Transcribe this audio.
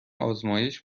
آزمایش